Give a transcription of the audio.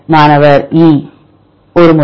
மாணவர் E 1 முறை